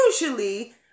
usually